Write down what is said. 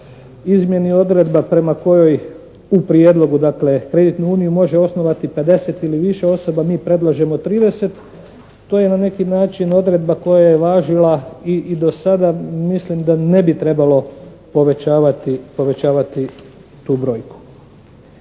izmijeni odredba prema kojoj u prijedlogu dakle kreditnu uniju može osnovati 50 ili više osoba. Mi predlažemo 30.» To je na neki način odredba koja je važila i do sada. Mislim da ne bi trebalo povećavati tu brojku.